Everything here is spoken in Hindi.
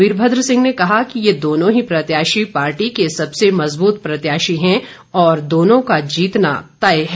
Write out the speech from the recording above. वीरभद्र सिंह ने कहा कि ये दोनों ही प्रत्याशी पार्टी के सबसे मजबूत प्रत्याशी हैं और दोनों का जीतना तय है